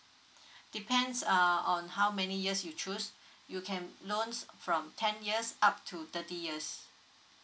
depends uh on how many years you choose you can loans from ten years up to thirty years